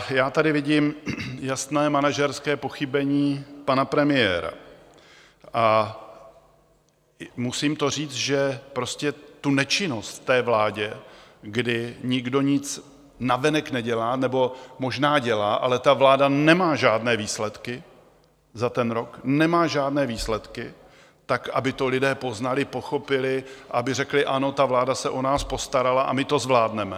Já tady vidím jasné manažerské pochybení pana premiéra, a musím to říct, že nečinnost v té vládě, kdy nikdo nic navenek nedělá, nebo možná dělá, ale vláda nemá žádné výsledky za ten rok, nemá žádné výsledky, aby to lidé poznali, pochopili, aby řekli: Ano, vláda se o nás postarala a my to zvládneme.